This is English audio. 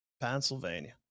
Pennsylvania